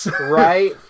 Right